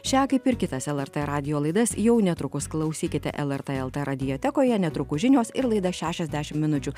šią kaip ir kitas lrt radijo laidas jau netrukus klausykite lrt lt radiotekoje netrukus žinios ir laida šešiasdešim minučių